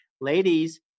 ladies